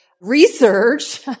research